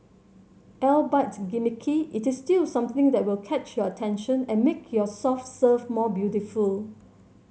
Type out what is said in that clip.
albeit gimmicky it is still something that will catch your attention and make your soft serve more beautiful